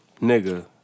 nigga